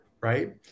right